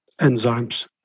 enzymes